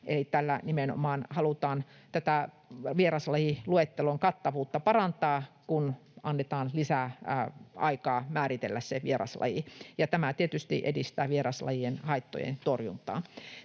tällä nimenomaan halutaan tätä vieraslajiluettelon kattavuutta parantaa, kun annetaan lisäaikaa määritellä se vieraslaji. Tämä tietysti edistää vieraslajien haittojen torjuntaa.